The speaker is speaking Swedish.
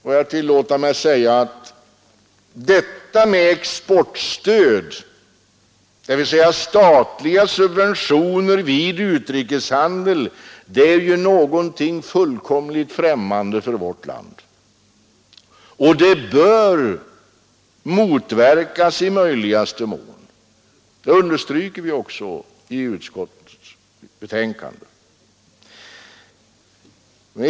Får jag tillåta mig att säga att detta med exportkreditstöd, dvs. statliga subventioner vid utrikeshandel, är någonting fullkomligt främmande för vårt land. Det bör motverkas i möjligaste mån. Det understryker vi också i utskottets betänkande.